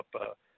up